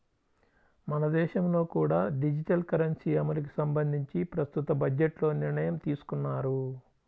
మన దేశంలో కూడా డిజిటల్ కరెన్సీ అమలుకి సంబంధించి ప్రస్తుత బడ్జెట్లో నిర్ణయం తీసుకున్నారు